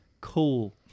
cool